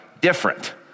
Different